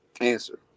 answer